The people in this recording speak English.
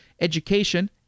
education